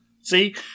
See